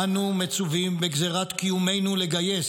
אנו מצווים בגזרת קיומנו לגייס,